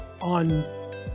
on